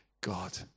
God